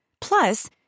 Plus